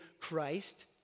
Christ